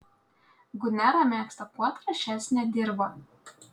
gunera mėgsta kuo trąšesnę dirvą